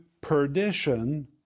perdition